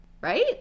right